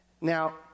Now